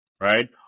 right